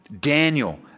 Daniel